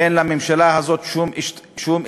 אין לממשלה הזאת שום אסטרטגיה.